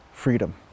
freedom